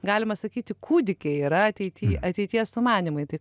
galima sakyti kūdikiai yra ateity ateities sumanymai tai